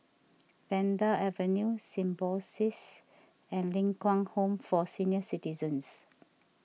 Vanda Avenue Symbiosis and Ling Kwang Home for Senior Citizens